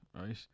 right